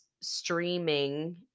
streaming